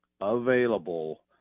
available